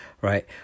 right